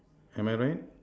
am I right